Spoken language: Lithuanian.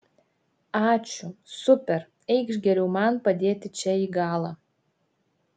ačiū super eikš geriau man padėti čia į galą